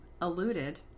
alluded